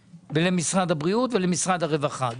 למשרד הבריאות ולמשרד הרווחה עם העתק אלי.